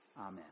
Amen